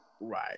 Right